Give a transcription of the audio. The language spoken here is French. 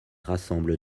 rassemble